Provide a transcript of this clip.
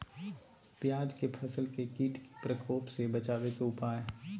प्याज के फसल के कीट के प्रकोप से बचावे के उपाय?